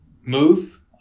move